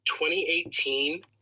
2018